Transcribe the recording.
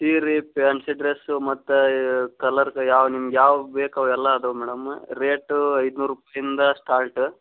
ಸೀರೆ fancy dress ಮತ್ತು colour ಯಾವ ನಿಮ್ಗೆ ಯಾವ ಬೇಕು ಅವೆಲ್ಲ ಇದಾವ್ ಮೇಡಮ್ಮ ರೇಟು ಐದುನೂರು ರೂಪಾಯಿಂದ ಸ್ಟಾರ್ಟ್